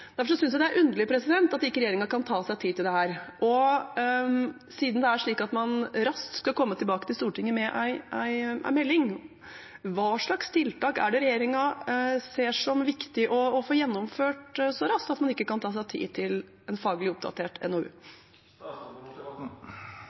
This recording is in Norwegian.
jeg det er underlig at ikke regjeringen kan ta seg tid til dette. Og siden det er slik at man raskt skal komme tilbake til Stortinget med en melding: Hva slags tiltak er det regjeringen ser som viktig å få gjennomført så raskt at man ikke kan ta seg tid til en faglig oppdatert NOU?